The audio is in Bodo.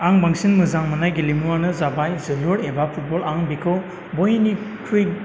आं बांसिन मोजां मोननाय गेलेमुवानो जाबाय जोलुर एबा फुतबल आं बेखौ बयनिख्रुइ